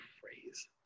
phrase